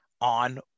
on